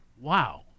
wow